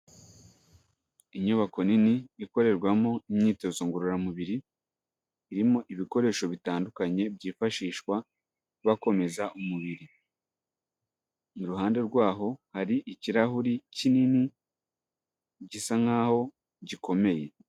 Inyubako nini ikorerwamo imyitozo ngororamubiri irimo ibikoresho bitandukanye byifashishwa bakomeza umubiri iruhande rwaho hari ikirahuri kinini gisa nkaho gikomeye.